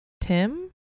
Tim